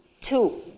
two